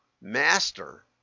master